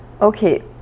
Okay